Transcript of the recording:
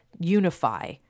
Unify